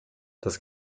das